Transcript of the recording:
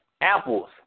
apples